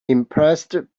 impressed